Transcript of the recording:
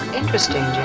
interesting